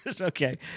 Okay